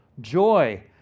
joy